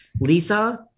Lisa